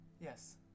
yes